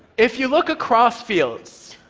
if you look across fields,